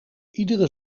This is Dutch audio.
iedere